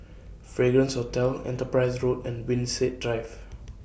Fragrance Hotel Enterprise Road and Winstedt Drive